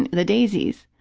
the daisies.